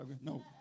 No